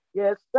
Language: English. yes